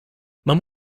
man